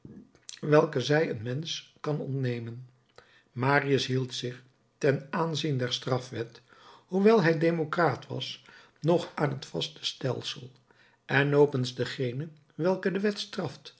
welke zij een mensch kan ontnemen marius hield zich ten aanzien der strafwet hoewel hij democraat was nog aan het vaste stelsel en nopens degenen welke de